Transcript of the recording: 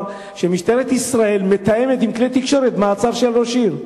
שמשטרת ישראל מתאמת עם כלי תקשורת מעצר של ראש עיר?